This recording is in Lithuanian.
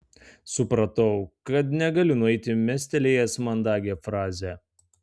supratau kad negaliu nueiti mestelėjęs mandagią frazę